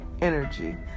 energy